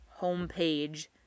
homepage